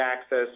access